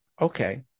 Okay